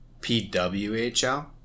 PWHL